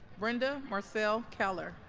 brenda marcell kellar